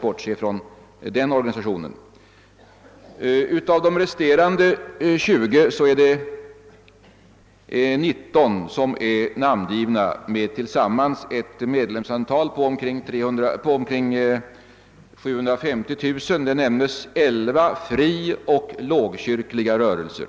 bortse från den organisationen i detta sammanhang. Av de resterande 20 har 19 namngivna organisationer ett sammanlagt medlemsantal på omkring 750 000, och det nämns där 11 frioch lågkyrkliga rörelser.